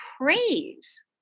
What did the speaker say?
praise